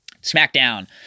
Smackdown